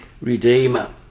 redeemer